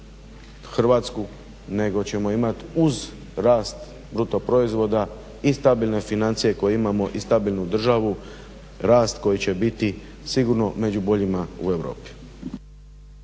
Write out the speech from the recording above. Hrvatsku, nego ćemo imat uz rast bruto proizvoda i stabilne financije koje imamo, i stabilnu državu rast koji će biti sigurno među boljim u Europi.